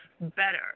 better